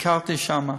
ביקרתי שם.